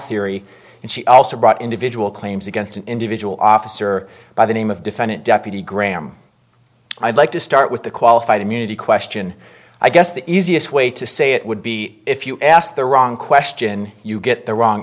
theory and she also brought individual claims against an individual officer by the name of defendant deputy graham i'd like to start with the qualified immunity question i guess the easiest way to say it would be if you asked the wrong question you get the wrong